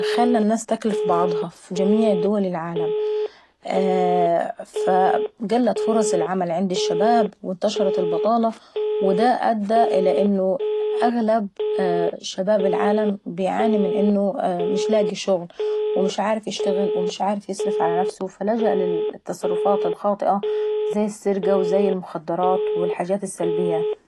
خلا الناس تاكل ف بعضيها اف جميع دول العالم. قلت فرص العمل عند الشباب وانتشرت البطالة ودا ادى الى ان اغلب شباب العالم بيعاني من انه مش لاقي شغل ومش عارف يشتغل ومش عارف يصرف على نفسه فلجأ للتصرفات الخاطئة زي السرقة وزي المخدرات الحاجات السلبية.